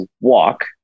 walk